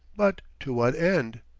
but to what end?